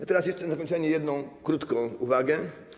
A teraz jeszcze na zakończenie mam jedną krótką uwagę.